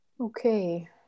Okay